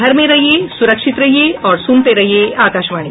घर में रहिये सुरक्षित रहिये और सुनते रहिये आकाशवाणी